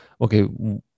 okay